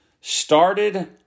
started